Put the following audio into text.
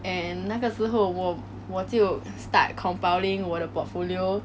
and 那个时候我我就 start compiling 我的 portfolio